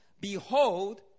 behold